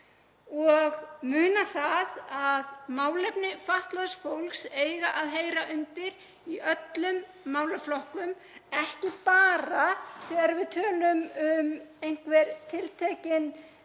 og muna það að málefni fatlaðs fólks eiga að heyra undir alla málaflokka, ekki bara þegar við tölum um einhver tiltekin